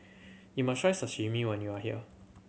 you must try Sashimi when you are here